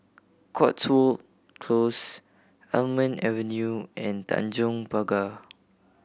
Cotswold Close Almond Avenue and Tanjong Pagar